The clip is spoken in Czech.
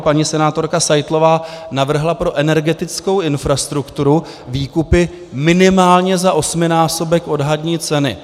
Paní senátorka Seitlová navrhla pro energetickou infrastrukturu výkupy minimálně za osminásobek odhadní ceny.